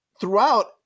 throughout